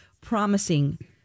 promising